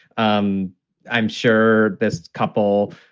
um i'm sure this couple.